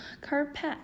carpet